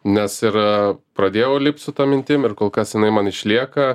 nes ir pradėjau lipt su ta mintim ir kol kas jinai man išlieka